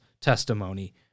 testimony